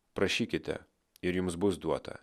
prašykite ir jums bus duota